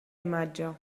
imatge